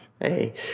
Hey